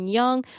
young